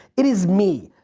it is me.